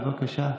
בבקשה.